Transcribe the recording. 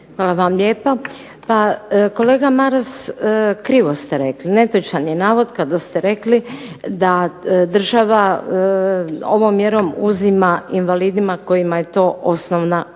Hvala vam lijepa. Ma kolega Maras krivo ste rekli. Netočan je navod kada ste rekli da država ovom mjerom uzima invalidima kojima je to osnovna životna